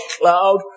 cloud